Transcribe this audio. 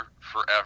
forever